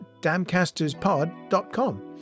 damcasterspod.com